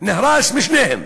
נהרס משניהם: